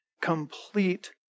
complete